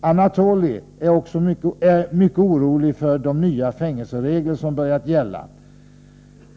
Anatoly är mycket orolig för de nya fängelseregler som börjat gälla ———.